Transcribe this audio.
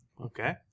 Okay